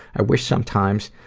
i wish sometimes,